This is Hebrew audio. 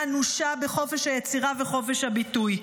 אנושה בחופש היצירה ובחופש הביטוי.